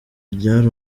ryari